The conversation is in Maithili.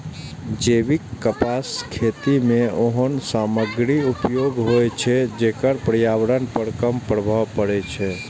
जैविक कपासक खेती मे ओहन सामग्रीक उपयोग होइ छै, जेकर पर्यावरण पर कम प्रभाव पड़ै छै